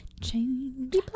change